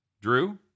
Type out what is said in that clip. Drew